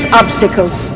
obstacles